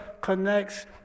connects